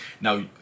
now